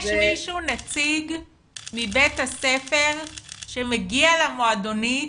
יש מישהו, נציג מבית הספר שמגיע למועדונית,